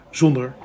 zonder